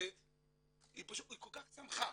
והיא כל כך שמחה.